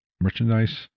merchandise